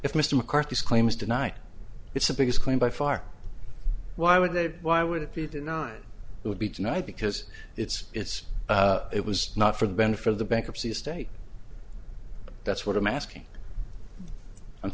if mr mccarthy's claim is tonight it's the biggest claim by far why would they why would it be denied it would be tonight because it's it's it was not for the been for the bankruptcy estate that's what i'm asking